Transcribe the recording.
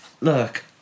look